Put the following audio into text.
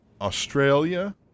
Australia